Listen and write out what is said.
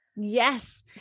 Yes